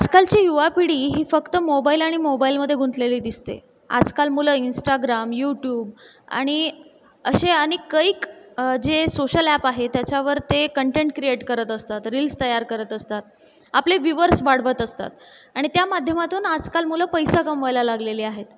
आजकालची युवा पिढी ही फक्त मोबाईल आणि मोबाईलमध्ये गुंतलेली दिसते आजकाल मुलं इंस्टाग्राम युट्युब आणि असे आणि कैक जे सोशल ॲप आहे त्याच्यावर ते कन्टेन्ट क्रिएट करत असतात रिल्स तयार करत असतात आपले व्युव्हर्स वाढवत असतात आणि त्या माध्यमातून आजकाल मुलं पैसा कमवायला लागलेली आहेत